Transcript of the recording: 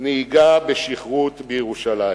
"נהיגה בשכרות בירושלים".